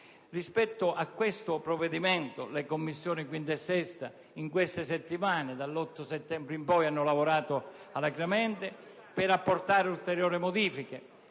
Rispetto a questo provvedimento, le Commissioni 5a e 6a riunite in queste settimane (dall'8 settembre in poi) hanno lavorato alacremente per apportare ulteriori modifiche.